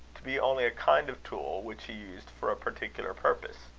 to be only a kind of tool, which he used for a particular purpose.